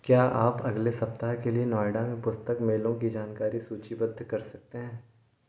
क्या आप अगले सप्ताह के लिए नोएडा में पुस्तक मेलों की जानकारी सूचीबद्ध कर सकते हैं